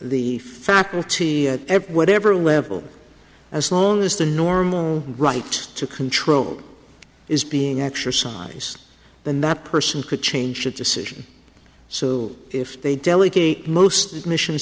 the faculty at whatever level as long as the normal right to control is being exercise then that person could change that decision so if they delegate most admissions